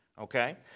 Okay